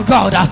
God